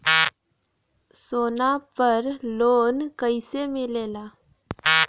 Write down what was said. सोना पर loan कइसे मिलेला?